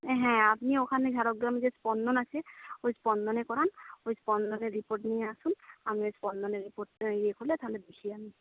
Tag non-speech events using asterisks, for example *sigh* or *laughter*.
হ্যাঁ আপনি ওখানে ঝাড়গ্রাম যে স্পন্দন আছে ওই স্পন্দনে করান ওই স্পন্দনের রিপোর্ট নিয়ে আসুন আমি ওই স্পন্দনের রিপোর্টটাই ইয়ে হলে তাহলে *unintelligible*